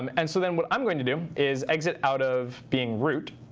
and so then what i'm going to do is exit out of being root.